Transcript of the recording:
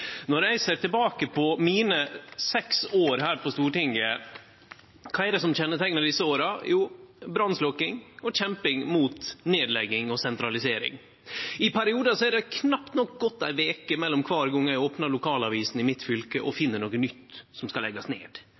Når eg ser tilbake på mine seks år her på Stortinget, kva er det som kjenneteiknar desse åra? Jo, brannslokking og kjemping mot nedlegging og sentralisering. I periodar har det knapt nok gått ei veke mellom kvar gong eg opnar lokalavisa i fylket mitt og finn noko nytt som skal leggjast ned